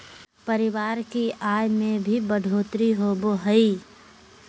परिवार की आय में भी बढ़ोतरी होबो हइ